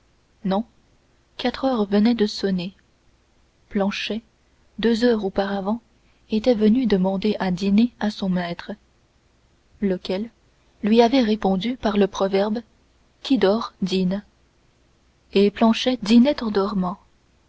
non quatre heures venaient de sonner planchet deux heures auparavant était venu demander à dîner à son maître lequel lui avait répondu par le proverbe qui dort dîne et planchet dînait en dormant